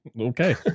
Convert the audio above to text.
Okay